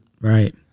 Right